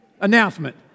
announcement